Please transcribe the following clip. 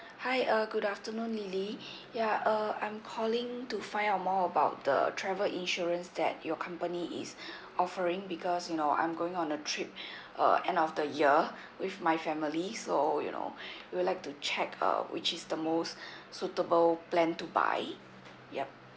hi uh good afternoon lily ya uh I'm calling to find out more about the travel insurance that your company is offering because you know I'm going on a trip uh end of the year with my family so you know we would like to check uh which is the most suitable plan to buy yup